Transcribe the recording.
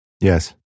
Yes